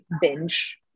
binge